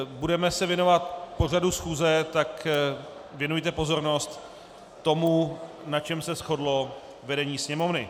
Budeme se věnovat pořadu schůze, tak věnujte pozornost tomu, na čem se shodlo vedení Sněmovny.